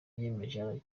yiyemeje